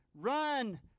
run